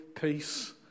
peace